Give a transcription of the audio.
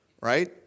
right